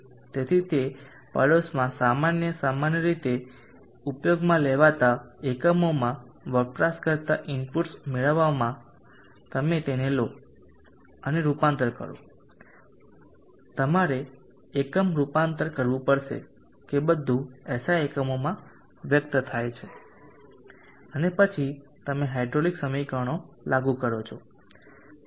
તેથી તે પડોશમાં સામાન્ય સામાન્ય રીતે ઉપયોગમાં લેવાતા એકમોમાં વપરાશકર્તા ઇનપુટ્સ મેળવવામાં તમે તેને લો અને રૂપાંતર કરો તમારે એકમ રૂપાંતર કરવું પડશે કે બધું SI એકમોમાં વ્યક્ત થાય છે અને પછી તમે હાઇડ્રોલિક સમીકરણો લાગુ કરો છો